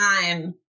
time